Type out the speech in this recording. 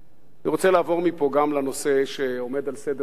אני רוצה לעבור מפה לנושא שעומד על סדר-היום,